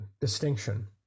distinction